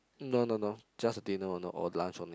no no no just a dinner or no or lunch only